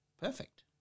Perfect